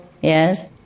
yes